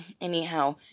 anyhow